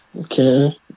Okay